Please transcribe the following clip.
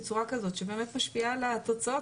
בצורה כזאת שבאמת משפיעה על התוצאות,